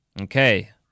Okay